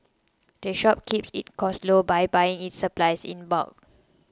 the shop keeps its costs low by buying its supplies in bulk